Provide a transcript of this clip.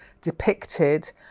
depicted